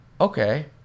Okay